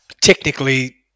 Technically